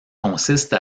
consiste